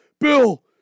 Bill